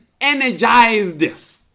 energized